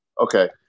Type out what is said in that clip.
Okay